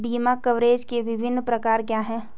बीमा कवरेज के विभिन्न प्रकार क्या हैं?